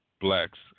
blacks